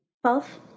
Twelve